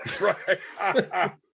Right